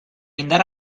indar